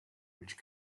which